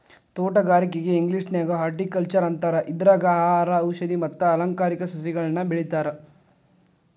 ತೋಟಗಾರಿಕೆಗೆ ಇಂಗ್ಲೇಷನ್ಯಾಗ ಹಾರ್ಟಿಕಲ್ಟ್ನರ್ ಅಂತಾರ, ಇದ್ರಾಗ ಆಹಾರ, ಔಷದಿ ಮತ್ತ ಅಲಂಕಾರಿಕ ಸಸಿಗಳನ್ನ ಬೆಳೇತಾರ